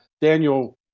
Daniel